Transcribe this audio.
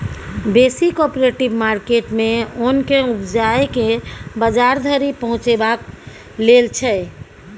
बेसी cooperative market मे ओन केँ उपजाए केँ बजार धरि पहुँचेबाक लेल छै